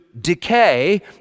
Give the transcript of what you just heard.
decay